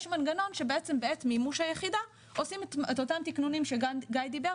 יש מנגנון שבעת מימוש היחידה עושים את אותם תקנונים שגיא דיבר